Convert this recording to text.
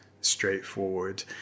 straightforward